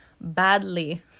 badly